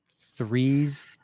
Three's